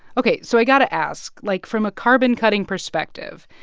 ok. so i got to ask, like, from a carbon-cutting perspective,